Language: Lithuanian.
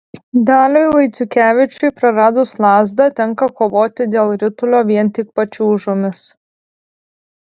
daliui vaiciukevičiui praradus lazdą tenka kovoti dėl ritulio vien tik pačiūžomis